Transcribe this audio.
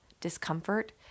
discomfort